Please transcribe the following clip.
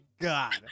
god